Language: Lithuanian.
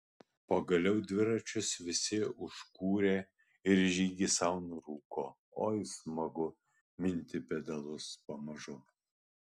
pagaliau dviračius visi užkūrė ir į žygį sau nurūko oi smagu minti pedalus pamažu